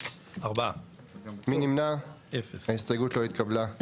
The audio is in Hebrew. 4 נמנעים, 0 ההסתייגות לא התקבלה.